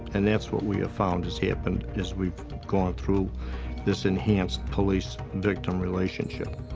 and that's what we have found has happened as we've gone through this enhanced police victim relationship.